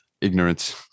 ignorance